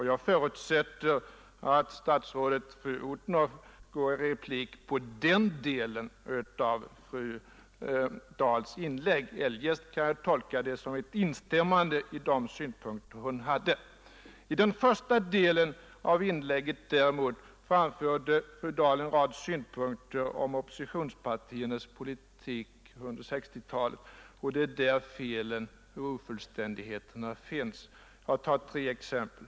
Jag förutsätter att statsrådet fru Odhnoff kommenterar den delen av fru Dahls inlägg. Eljest tolkar jag det som ett instämmande i fru Dahls synpunkter. I den första delen av sitt inlägg däremot framförde fru Dahl en rad synpunkter på oppositionspartiernas politik under 1960-talet, och det var där felen och ofullständigheterna fanns. Jag skall nämna tre exempel.